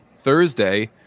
Thursday